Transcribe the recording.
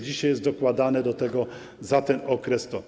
Dzisiaj jest dokładane do tego za ten okres to.